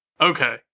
Okay